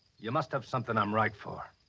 you must have something i'm right for.